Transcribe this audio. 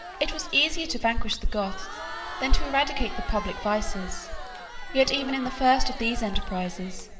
it was easier to vanquish the goths than to eradicate the public vices yet even in the first of these enterprises,